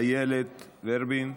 איילת ורבין,